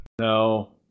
no